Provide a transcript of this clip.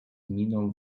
miną